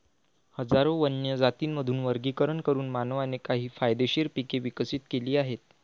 हजारो वन्य जातींमधून वर्गीकरण करून मानवाने काही फायदेशीर पिके विकसित केली आहेत